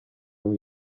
new